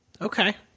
Okay